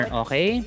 okay